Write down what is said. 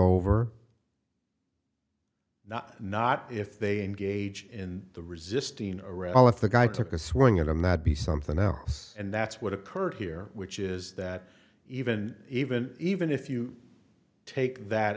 over not not if they engage in the resisting arrest all if the guy took a swing at them that be something else and that's what occurred here which is that even even even if you take that